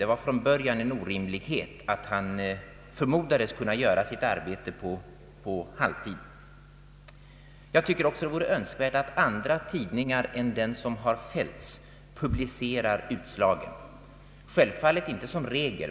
Det var från början en orimlighet att han förmodades kunna göra sitt arbete på halvtid. Jag tycker också att det vore önskvärt att andra tidningar än de som har fällts publicerar opinionsnämndens utslag.